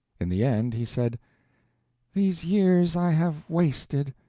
in the end he said these years i have wasted.